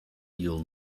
you’ll